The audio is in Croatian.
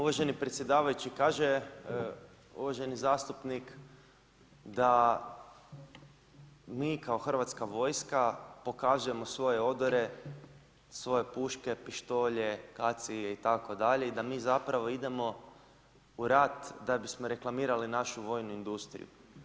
Uvaženi predsjedavajući kaže uvaženi zastupnik da mi kao Hrvatska vojska pokazujemo svoje odore, svoje puške, pištolje, kacige itd. i da mi zapravo idemo u rat da bismo reklamirali našu vojnu industriju.